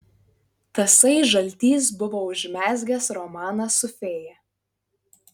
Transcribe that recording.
tasai žaltys buvo užmezgęs romaną su fėja